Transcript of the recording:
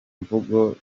mvugo